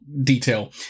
detail